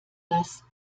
das